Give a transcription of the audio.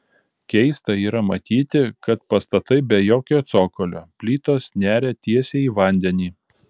keista yra matyti kad pastatai be jokio cokolio plytos neria tiesiai į vandenį